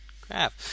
crap